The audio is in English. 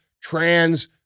trans